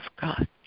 God